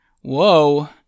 whoa